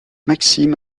maxime